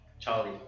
Charlie